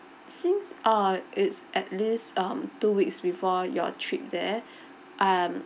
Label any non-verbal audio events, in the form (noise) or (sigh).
since uh it's at least um two weeks before your trip there (breath) um